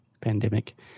pandemic